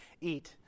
eat